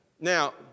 Now